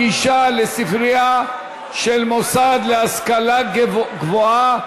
גישה לספרייה של מוסד להשכלה גבוהה),